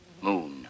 Moon